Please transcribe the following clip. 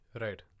Right